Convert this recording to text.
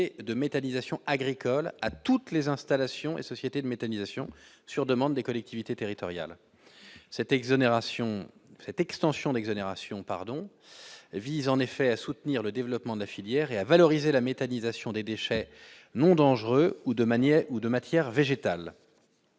de méthanisation agricole à toutes les installations et société méthanisation sur demande des collectivités territoriales cette exonération cette extension d'exonération pardon vise en effet à soutenir le développement de la filière et à valoriser la méthanisation des déchets non dangereux ou de manière ou de